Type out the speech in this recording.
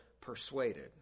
persuaded